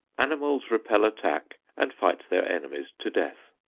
animals repel attack and fight their enemies to death.